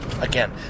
again